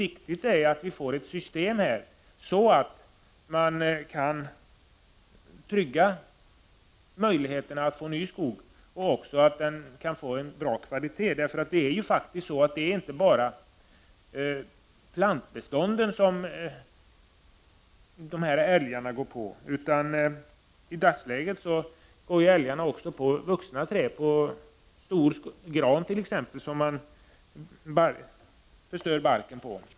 Det är viktigt att vi får ett system som kan trygga möjligheterna att få ny skog, och en skog av bra kvalitet. Det är ju faktiskt inte bara plantbeståndet som älgarna går på, utan i dagsläget går älgarna också på vuxna träd, t.ex. stor gran, som de förstör barken på.